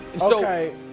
Okay